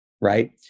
right